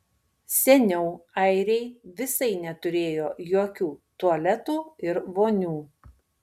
seniau airiai visai neturėjo jokių tualetų ir vonių